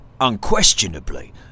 unquestionably